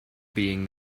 being